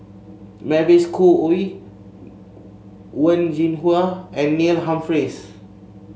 Mavis Khoo Oei Wen Jinhua and Neil Humphreys